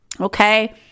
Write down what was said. Okay